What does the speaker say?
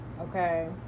okay